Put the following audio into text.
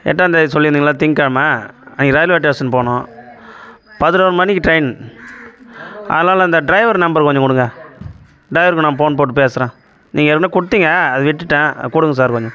எட்டாம் தேதி சொல்லிருந்தீங்களே திங்க கெழமை அன்னைக்கி ரயில்வே டேஷன் போகணும் பதினோரு மணிக்கு ட்ரெயின் அதனால் இந்த டிரைவர் நம்பர் கொஞ்சம் கொடுங்க டிரைவருக்கு நான் ஃபோன் போட்டு பேசுகிறேன் நீங்கள் ஏற்கனவே கொடுத்தீங்க அது விட்டுட்டேன் கொடுங்க சார் கொஞ்சம்